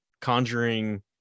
conjuring